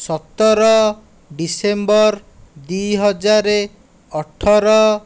ସତର ଡିସେମ୍ବର ଦୁଇହଜାର ଅଠର